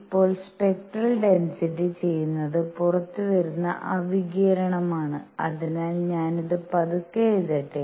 ഇപ്പോൾ spectral density ചെയ്യുന്നത് പുറത്തുവരുന്ന ആ വികിരണമാണ് അതിനാൽ ഞാൻ ഇത് പതുക്കെ എഴുതട്ടെ